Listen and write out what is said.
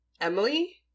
Emily